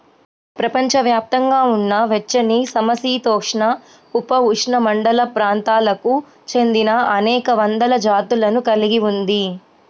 ప్రపంచవ్యాప్తంగా ఉన్న వెచ్చనిసమశీతోష్ణ, ఉపఉష్ణమండల ప్రాంతాలకు చెందినఅనేక వందల జాతులను కలిగి ఉంది